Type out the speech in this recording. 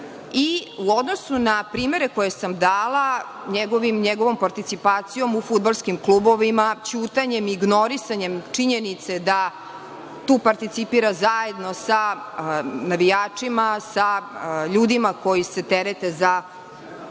odnosu na primere koje sam dala njegovom participacijom u fudbalskim klubovima, ćutanjem i ignorisanje činjenice da tu participira zajedno sa navijačima, sa ljudima koji se terete za